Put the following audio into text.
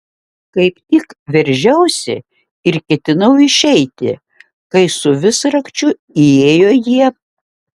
kaip tik veržiausi ir ketinau išeiti kai su visrakčiu įėjo jie